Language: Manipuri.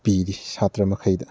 ꯄꯤꯔꯤ ꯁꯥꯇ꯭ꯔꯈꯩꯗ